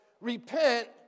Repent